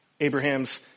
Abraham's